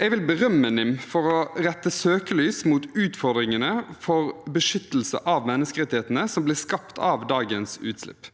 Jeg vil berømme NIM for å rette søkelys mot utfordringene for beskyttelse av menneskerettighetene som blir skapt av dagens utslipp.